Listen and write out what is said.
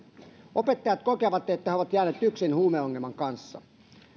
opettajat kokevat että he ovat jääneet yksin huumeongelman kanssa